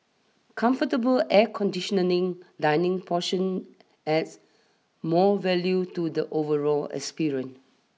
comfortable air conditioning dining portion adds more value to the overall experience